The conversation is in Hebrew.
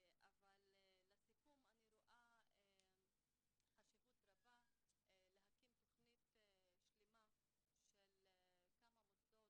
אני רואה חשיבות רבה להקים תוכנית שלמה של כמה מוסדות,